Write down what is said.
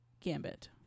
Gambit